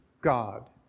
God